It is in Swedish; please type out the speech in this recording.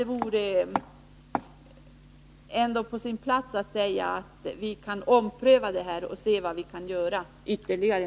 Det vore på sin plats att säga att man kan ompröva detta och se vad man kan göra ytterligare.